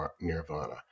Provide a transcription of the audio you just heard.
Nirvana